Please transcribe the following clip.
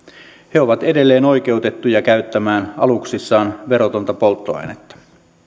he ovat edelleen oikeutettuja käyttämään aluksissaan verotonta polttoainetta